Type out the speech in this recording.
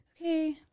Okay